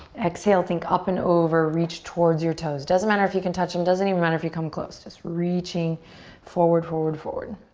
exhale, think up and over, reach towards your toes. doesn't matter if you can touch them. doesn't even matter if you come close. just reaching forward, forward, forward.